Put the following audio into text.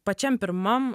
pačiam pirmam